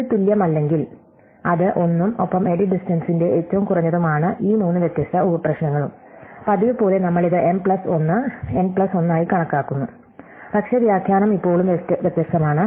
ഇത് തുല്യമല്ലെങ്കിൽ അത് 1 ഉം ഒപ്പം എഡിറ്റ് ഡിസ്റ്റ്ടെന്സിന്റെ ഏറ്റവും കുറഞ്ഞതുമാണ് ഈ മൂന്ന് വ്യത്യസ്ത ഉപ പ്രശ്നങ്ങളും പതിവുപോലെ നമ്മൾ ഇത് m പ്ലസ് 1 n പ്ലസ് 1 ആയി കണക്കാക്കുന്നു പക്ഷേ വ്യാഖ്യാനം ഇപ്പോൾ വ്യത്യസ്തമാണ്